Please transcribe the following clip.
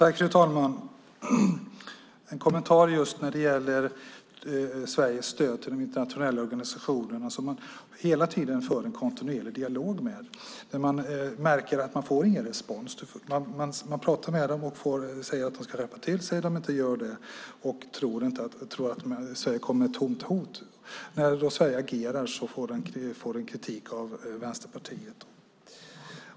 Fru talman! Jag vill kommentera frågan om Sveriges stöd till internationella organisationer som man hela tiden för en dialog med men inte får någon respons hos. Man pratar med dem och säger att de ska rätta till saker och ting men de gör inte det utan tror att Sverige kommer med ett tomt hot. När Sverige agerar får man kritik av Vänsterpartiet.